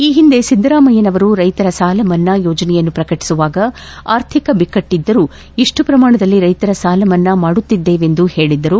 ಈ ಹಿಂದೆ ಸಿದ್ದರಾಮಯ್ಯನವರು ರೈತರ ಸಾಲ ಮನ್ನಾ ಯೋಜನೆಯನ್ನು ಪ್ರಕಟಿಸುವಾಗ ಅರ್ಥಿಕ ಬಿಕ್ಕಟ್ಟಿದ್ದರೂ ಇಷ್ಟು ಪ್ರಮಾಣದಲ್ಲಿ ರೈತರ ಸಾಲಮನ್ನಾ ಮಾಡುತ್ತಿದ್ದೇವೆಂದು ಹೇಳಿದ್ದರು